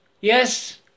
Yes